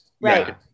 Right